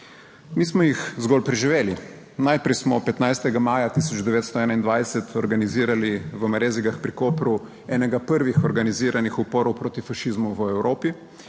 Mi smo jih zgolj preživeli. Najprej smo 15. maja 1921 organizirali v Marezigah pri Kopru enega prvih organiziranih uporov proti fašizmu v Evropi,